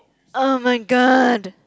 [oh]-my-god